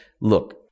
look